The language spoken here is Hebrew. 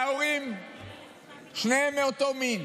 שההורים שניהם מאותו מין.